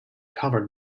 covered